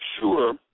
sure